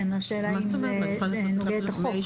כן, השאלה אם זה במסגרת החוק,